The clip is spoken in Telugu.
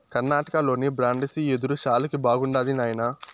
కర్ణాటకలోని బ్రాండిసి యెదురు శాలకి బాగుండాది నాయనా